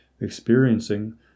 experiencing